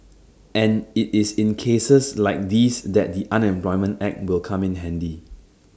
and IT is in cases like these that the unemployment act will come in handy